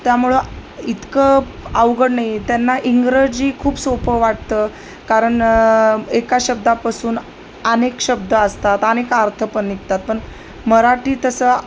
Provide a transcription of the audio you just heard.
त्यामुळं इतकं अवघड नाही त्यांना इंग्रजी खूप सोपं वाटतं कारण एका शब्दापासून अनेक शब्द असतात अनेक अर्थ पण निघतात पण मराठी तसं